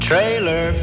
Trailer